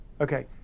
Okay